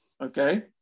Okay